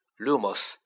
Lumos